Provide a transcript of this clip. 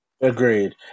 Agreed